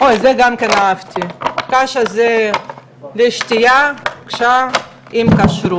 את זה גם אהבתי, הקש הזה לשתייה עם כשרות.